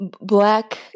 black